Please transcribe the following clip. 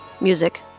music